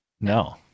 no